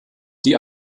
die